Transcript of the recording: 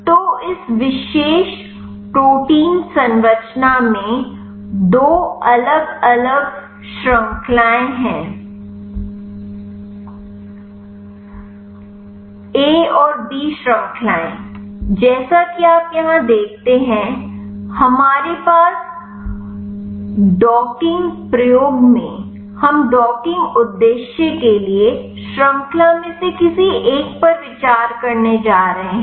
तो इस विशेष प्रोटीन संरचना में दो अलग अलग श्रृंखलाएं हैं ऐ और बी श्रृंखलाएं जैसा कि आप यहां देखते हैं हमारे डॉकिंग प्रयोग में हम डॉकिंग उद्देश्य के लिए श्रृंखला में से किसी एक पर विचार करने जा रहे हैं